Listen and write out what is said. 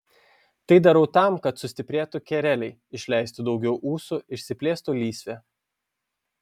tai darau tam kad sustiprėtų kereliai išleistų daugiau ūsų išsiplėstų lysvė